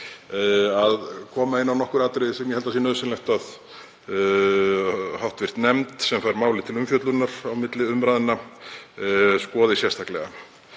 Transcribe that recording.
að koma inn á nokkur atriði sem ég held að sé nauðsynlegt að hv. nefnd sem fær málið til umfjöllunar á milli umræðna skoði sérstaklega.